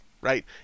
right